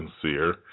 sincere